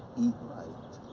eat right.